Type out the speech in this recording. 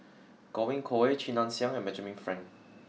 Godwin Koay Chia Ann Siang and Benjamin Frank